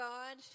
God